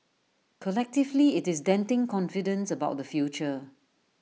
collectively IT is denting confidence about the future